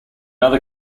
other